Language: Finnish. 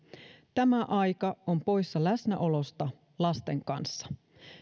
tämä aika on poissa läsnäolosta lasten kanssa